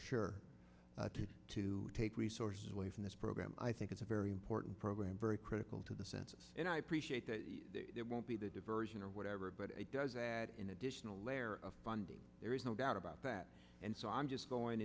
sure to take resources away from this program i think it's a very important program very critical to the census and i appreciate that it won't be the diversion or whatever but it does add an additional layer of funding there is no doubt about that and so i'm just going